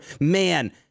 man